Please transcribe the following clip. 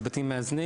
למשל בתים מאזנים